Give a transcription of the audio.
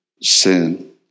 sin